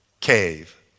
cave